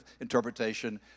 interpretation